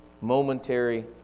momentary